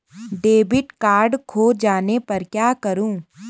Debit card खो जाने पर क्या करूँ?